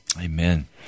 Amen